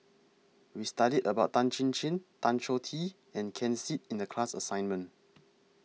We studied about Tan Chin Chin Tan Choh Tee and Ken Seet in The class assignment